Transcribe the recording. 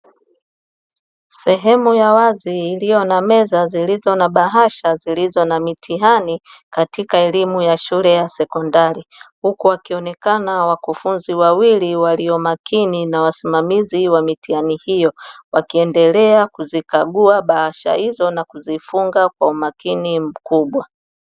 Sehemu ya wazi iliyo na meza zilizo na bahasha zilizo na mitihani katika elimu ya shule ya sekondari, huku wakionekana wakufunzi wawili walio makini na wasimamizi wa mitihani hiyo, wakiendelea kuzikagua bahasha hizo na kuzifunga kwa umakini mkubwa.